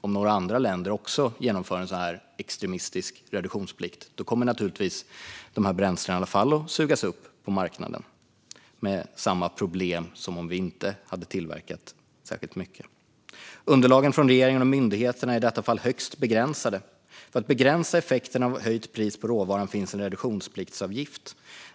Om andra länder också genomför en så här extremistisk reduktionsplikt kommer nämligen dessa bränslen givetvis att sugas upp på marknaden, med samma problem som om vi inte hade tillverkat särskilt mycket. Underlagen från regeringen och myndigheterna är i detta fall högst begränsade. För att begränsa effekterna av ett höjt pris på råvaran finns en reduktionspliktsavgift.